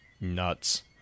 nuts